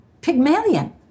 Pygmalion